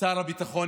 שר הביטחון,